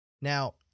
Now